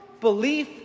belief